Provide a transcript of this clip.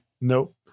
Nope